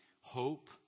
hope